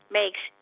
makes